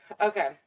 Okay